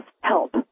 help